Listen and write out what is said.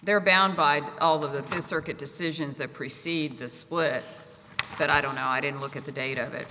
they're bound by all of the circuit decisions that preceded the split but i don't know i didn't look at the data of it